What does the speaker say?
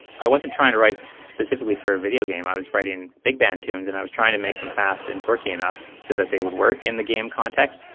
i wasn't trying to write specifically for a videogame, i was writing big band tunes and i was trying to make them fast and quirky enough so that they would work in the game context.